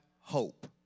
hope